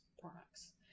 products